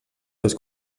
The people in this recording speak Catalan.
seus